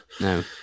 no